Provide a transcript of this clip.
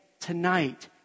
tonight